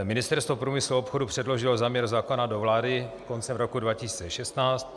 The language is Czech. Ministerstvo průmyslu a obchodu předložilo záměr zákona do vlády koncem roku 2016.